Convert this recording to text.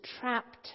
trapped